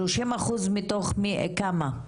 שלושים אחוז מתוך כמה?